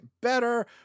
better